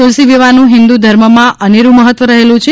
તુલસીવિવાહનું હિંદુ ધર્મમાં અનેરુ મહત્વ રહેલું છે